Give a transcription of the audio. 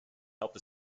helped